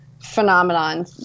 Phenomenon